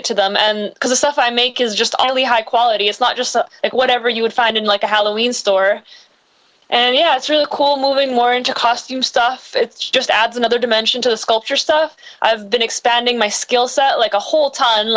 it to them and the stuff i make is just i really high quality it's not just like whatever you would find in like a halloween store and yeah it's really cool moving more into costume stuff it's just adds another dimension to the sculpture stuff i've been expanding my skill set like a whole ton